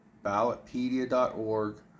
Ballotpedia.org